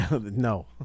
no